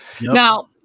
now